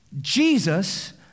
Jesus